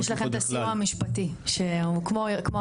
יש לך את הסיוע המשפטי שאתם תומכים כמו עמותה,